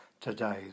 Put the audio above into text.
today